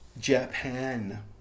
Japan